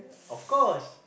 of course